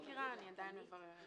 אני לא מכירה, אני עדיין מבררת.